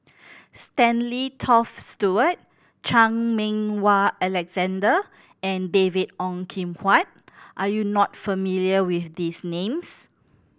Stanley Toft Stewart Chan Meng Wah Alexander and David Ong Kim Huat are you not familiar with these names